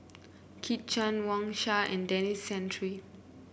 Kit Chan Wang Sha and Denis Santry